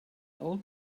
old